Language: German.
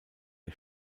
der